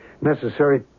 necessary